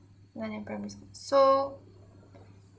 nan yang primary school so